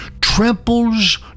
tramples